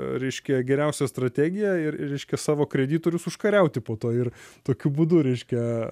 reiškia geriausia strategija ir reiškia savo kreditorius užkariauti po to ir tokiu būdu reiškia